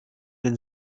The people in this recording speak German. den